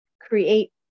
create